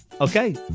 Okay